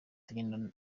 tugenda